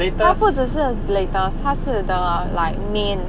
他不只是 latest 他是 the like main